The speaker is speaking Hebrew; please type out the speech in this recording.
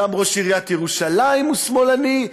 גם ראש עיריית ירושלים הוא שמאלני.